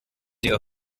your